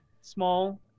small